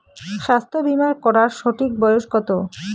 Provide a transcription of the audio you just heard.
স্বাস্থ্য বীমা করার সঠিক বয়স কত?